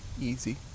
easy